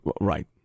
Right